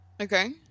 Okay